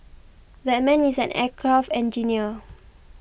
that man is an aircraft engineer